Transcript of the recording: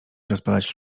rozpalać